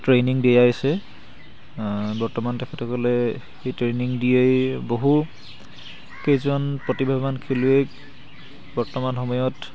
training দিয়াইছে বৰ্তমান তেখেতসকলে সেই ট্ৰেইনিং দিয়েই বহু কেইজন প্ৰতিভাৱান খেলুৱৈক বৰ্তমান সময়ত